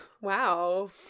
Wow